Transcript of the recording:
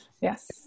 Yes